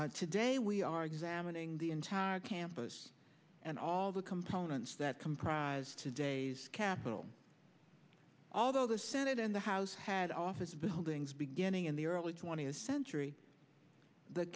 on today we are examining the entire campus and all the components that comprise today's capitol although the senate and the house had office buildings beginning in the early twentieth century the